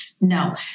No